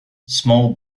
small